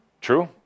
True